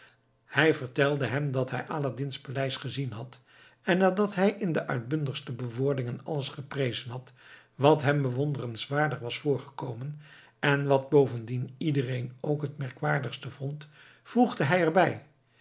hij vertelde hem dat hij aladdin's paleis gezien had en nadat hij in de uitbundigste bewoordingen alles geprezen had wat hem bewonderenswaardig was voorgekomen en wat bovendien iedereen ook het merkwaardigste vond voegde hij erbij